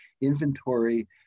inventory